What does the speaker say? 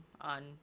on